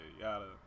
yada